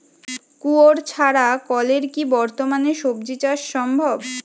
কুয়োর ছাড়া কলের কি বর্তমানে শ্বজিচাষ সম্ভব?